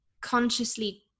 consciously